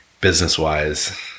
business-wise